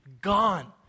gone